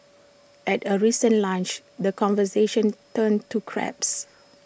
at A recent lunch the conversation turned to crabs